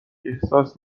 احساس